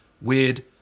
weird